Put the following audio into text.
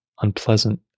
unpleasant